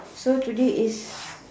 so today is